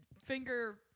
Finger